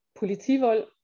politivold